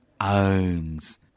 owns